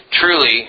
truly